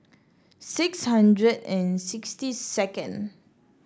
six hundred and sixty second